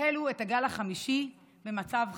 החלו את הגל החמישי במצב חסר.